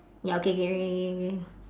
ya okay can can can can